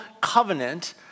covenant